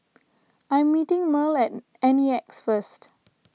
I am meeting Merl at N E X first